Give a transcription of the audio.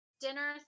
dinner